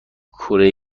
کره